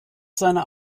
seiner